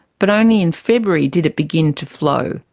but only in february did it begin to flow,